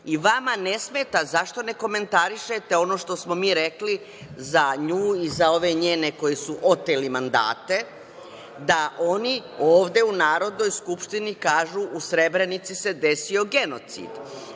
Vama ne smeta, zašto ne komentarišete ono što smo mi rekli za nju i za ove njene koji su oteli mandate, da oni ovde u Narodnoj skupštini kažu - u Srebrenici se desio genocid?